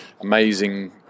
amazing